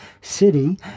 City